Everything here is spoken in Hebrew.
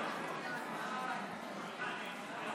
(קוראת בשמות חברי הכנסת)